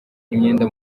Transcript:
imyenda